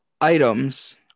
items